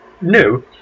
No